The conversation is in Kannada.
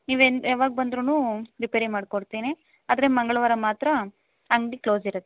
ನೀವೇನು ಯಾವಾಗ ಬಂದ್ರು ರಿಪೇರಿ ಮಾಡ್ಕೊಡ್ತೀನಿ ಆದರೆ ಮಂಗಳವಾರ ಮಾತ್ರ ಅಂಗಡಿ ಕ್ಲೋಸ್ ಇರುತ್ತೆ